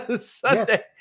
Sunday